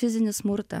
fizinį smurtą